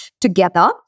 together